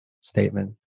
statement